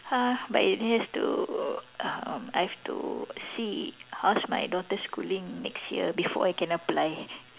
but it has to um I have to see how's my daughter's schooling next year before I can apply